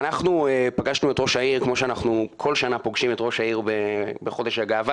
אנחנו פגשנו את ראש העיר כמו בכל שנה בחודש הגאווה.